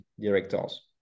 directors